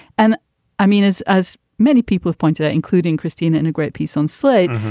and i mean, as as many people have pointed out, including christine in a great piece on slate,